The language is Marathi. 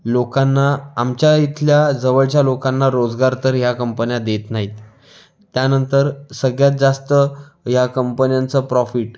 लोकांना आमच्या इथल्या जवळच्या लोकांना रोजगार तर या कंपन्या देत नाहीत त्यानंतर सगळ्यात जास्त या कंपन्यांचं प्रॉफिट